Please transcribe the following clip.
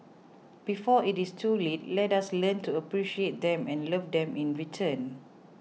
before it is too late let us learn to appreciate them and love them in return